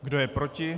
Kdo je proti?